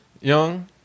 young